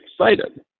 excited